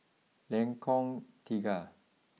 Lengkong Tiga